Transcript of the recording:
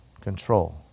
control